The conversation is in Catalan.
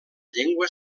llengua